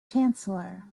chancellor